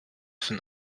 von